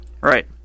Right